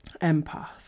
empath